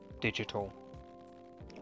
digital